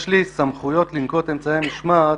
יש לי סמכויות לנקוט אמצעי משמעת